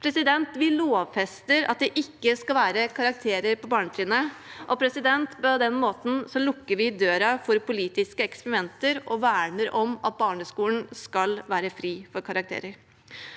endringer. Vi lovfester at det ikke skal være karakterer på barnetrinnet. På den måten lukker vi døren for politiske eksperimenter og verner om at barneskolen skal være fri for karakterer.